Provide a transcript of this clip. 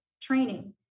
training